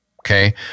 okay